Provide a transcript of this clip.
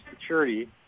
security